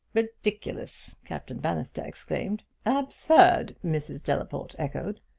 ridiculous! captain bannister exclaimed. absurd! mrs. delaporte echoed.